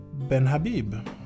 Benhabib